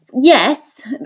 yes